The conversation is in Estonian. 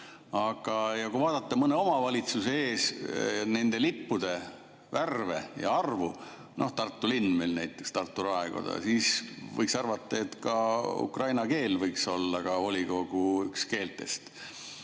Aga kui vaadata mõne omavalitsuse ees nende lippude värve ja arvu – noh, Tartu linn näiteks, Tartu raekoda –, siis võiks arvata, et ka ukraina keel võiks olla üks volikogu keeltest.